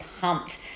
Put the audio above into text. pumped